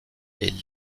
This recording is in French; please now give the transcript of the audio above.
est